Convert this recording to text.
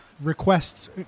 requests